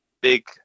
big